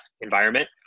environment